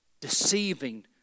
deceiving